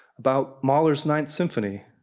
about mahler's ninth symphony,